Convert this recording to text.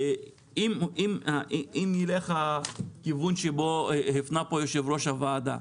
אם נלך לכיוון שבו הפנה פה יושב-ראש הוועדה,